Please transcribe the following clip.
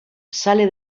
sale